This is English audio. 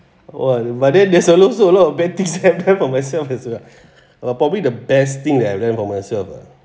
!wah! but then there's also a lot of bad things that I've done for myself as well uh probably the best thing that I've done for myself lah